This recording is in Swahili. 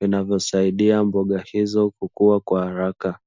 vinavyosaidia mboga hizo kukua kwa haraka.